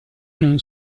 non